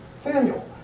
Samuel